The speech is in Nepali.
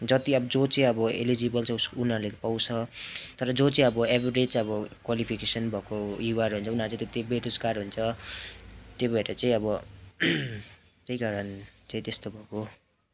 जति अब जो चाहिँ अब इलिजिबल छ उस् उनीहरूले पाँउछ तर जो चाहिँ अब एभरेज अब क्विलिफिकेसन भएको युवाहरू हुन्छ उनीहरू चाहिँ त्यत्ति बेरोजगार हुन्छ त्यही भएर चाहिँ अब त्यही कारण चाहिँ त्यस्तो भएको हो